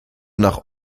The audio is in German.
nach